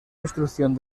destrucción